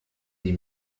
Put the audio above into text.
die